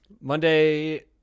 Monday